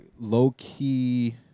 low-key